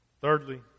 Thirdly